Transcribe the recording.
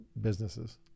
businesses